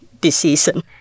decision